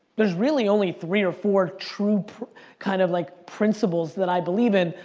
there's really only three or four true kind of like principles that i believe in.